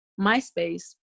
Myspace